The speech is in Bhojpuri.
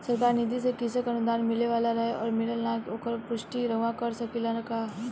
सरकार निधि से कृषक अनुदान मिले वाला रहे और मिलल कि ना ओकर पुष्टि रउवा कर सकी ला का?